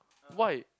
why